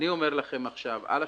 אני אומר לכם עכשיו על השולחן,